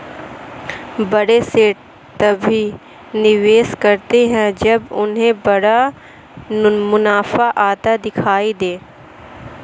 बड़े सेठ तभी निवेश करते हैं जब उन्हें बड़ा मुनाफा आता दिखाई दे